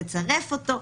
לצרף אותו.